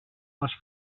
les